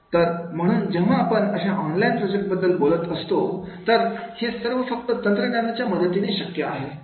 तर म्हणून जेव्हा आपण अशा ऑनलाईन प्रोजेक्ट बद्दल बोलत असतो तर हे सर्व फक्त तंत्रज्ञानाच्या मदतीने शक्य आहे